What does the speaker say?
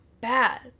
bad